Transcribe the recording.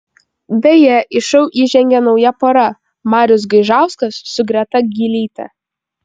beje į šou įžengė nauja pora marius gaižauskas su greta gylyte